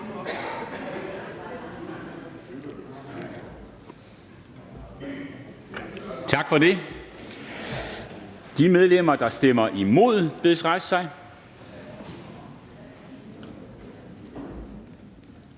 Tak. De medlemmer, der stemmer imod, bedes rejse sig.